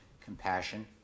compassion